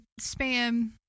spam